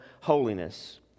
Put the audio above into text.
holiness